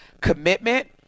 commitment